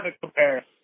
compare